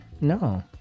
no